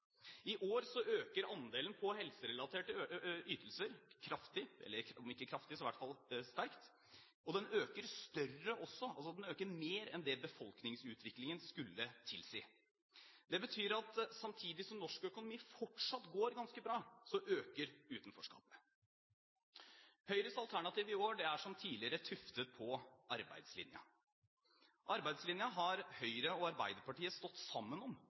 I år øker andelen til helserelaterte ytelser kraftig – om ikke kraftig, så i hvert fall sterkt – og den øker mer enn det befolkningsutviklingen skulle tilsi. Det betyr at samtidig som norsk økonomi fortsatt går ganske bra, øker utenforskapet. Høyres alternativ i år er som tidligere tuftet på arbeidslinjen. Arbeidslinjen har Høyre og Arbeiderpartiet stått sammen om